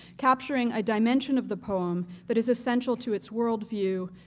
capturing a dimension of the poem that is essential to its worldview,